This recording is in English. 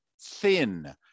thin